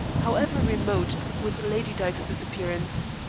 however remote, with lady dyke's disappearance.